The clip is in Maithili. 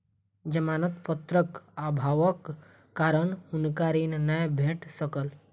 जमानत पत्रक अभावक कारण हुनका ऋण नै भेट सकल